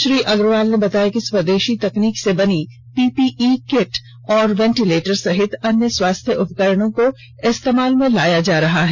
श्री अग्रवाल ने बताया कि स्वदेषी तकनीक से बनी पीपीई कीट और वेंटिलेटर सहित अन्य स्वास्थ्य उपकरणों को इस्तेमाल में लाया जा रहा है